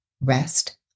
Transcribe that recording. rest